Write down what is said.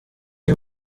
iyo